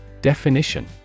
Definition